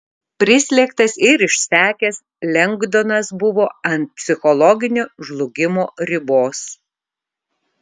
prislėgtas ir išsekęs lengdonas buvo ant psichologinio žlugimo ribos